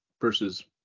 versus